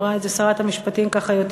אמרה את זה שרת המשפטים יותר בזהירות,